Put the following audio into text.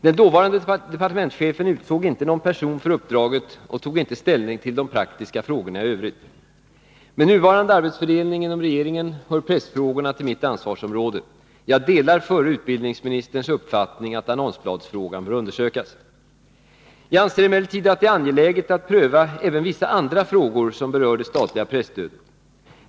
Den dåvarande departementschefen utsåg inte någon person för uppdraget och tog inte ställning till de praktiska frågorna i övrigt. Med nuvarande arbetsfördelning inom regeringen hör pressfrågorna till mitt ansvarsområde. Jag delar förre utbildningsministerns uppfattning att annonsbladsfrågan bör undersökas. Jag anser emellertid att det är angeläget att pröva även vissa andra frågor som berör det statliga presstödet.